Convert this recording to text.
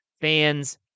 fans